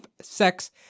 sex